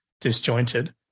disjointed